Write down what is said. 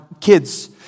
kids